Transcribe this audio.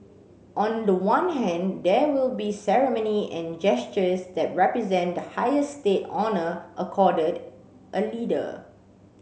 on the one hand there will be ceremony and gestures that represent the highest state honour accorded a leader